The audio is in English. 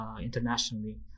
Internationally